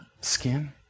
skin